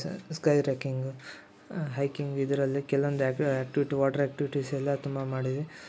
sky trekking hiking ಇದರಲ್ಲಿ ಕೆಲವೊಂದು activity water ಆ್ಯಕ್ಟಿವಿಟೀಸೆಲ್ಲ ತುಂಬ ಮಾಡಿದ್ವಿ